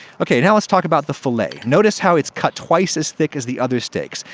ok, now let's talk about the fillet. notice how it's cut twice as thick as the other steaks.